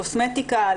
קוסמטיקה,